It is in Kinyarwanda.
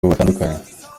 batandukanye